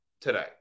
today